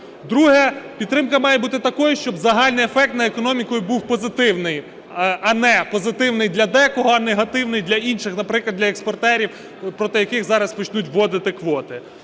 Друге. Підтримка має бути такою, щоб загальний ефект на економіку був позитивний, а не позитивний для декого, а негативний для інших, наприклад, для експортерів, проти яких зараз почнуть вводити квоти.